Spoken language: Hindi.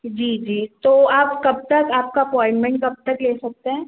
जी जी तो आप कब तक आपका अपॉइन्ट्मेंट कब तक ले सकते हैं